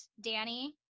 Danny